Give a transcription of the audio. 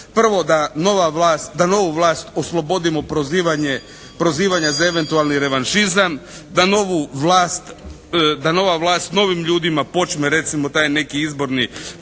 da novu vlast oslobodimo prozivanja za eventualni revanšizam. Da novu vlast, da nova vlast s novim ljudima počne recimo taj neki izborni,